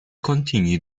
continue